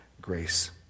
grace